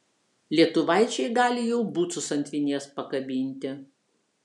lietuvaičiai gali jau bucus ant vinies pakabinti